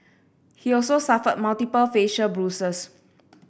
he also suffered multiple facial bruises